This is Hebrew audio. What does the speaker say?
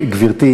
גברתי,